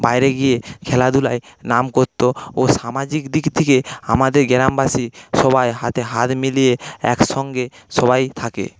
বাইরে গিয়ে খেলাধূলায় নাম করত ও সামাজিক দিক থেকে আমাদের গ্রামবাসী সবাই হাতে হাত মিলিয়ে একসঙ্গে সবাই থাকে